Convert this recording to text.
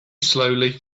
slowly